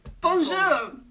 Bonjour